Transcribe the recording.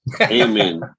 Amen